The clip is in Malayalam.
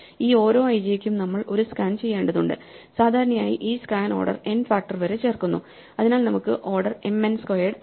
ഈ ഓരോ ij യ്ക്കും നമ്മൾ ഒരു സ്കാൻ ചെയ്യേണ്ടതുണ്ട് സാധാരണയായി ഈ സ്കാൻഓർഡർ n ഫാക്ടർ വരെ ചേർക്കുന്നു അതിനാൽ നമുക്ക് ഓർഡർ mnസ്ക്വയർഡ് ആണ്